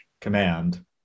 command